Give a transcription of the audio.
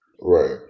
Right